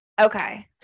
Okay